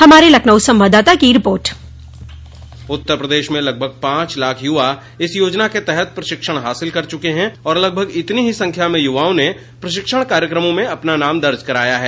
हमारे लखनऊ संवाददाता की ग्राउंड रिपोर्ट उत्तर प्रदेश में लगभग पांच लाख युवा इस योजना के तहत प्रशिक्षण हासिल कर चुके हैं और लगभग इतनी ही संख्या में युवाओं ने प्रशिक्षण कार्यक्रमों में अपना नाम दर्ज कराया है